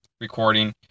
recording